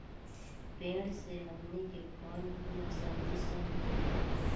पेड़ से हमनी के फल, फूल आ सब्जी सब मिलेला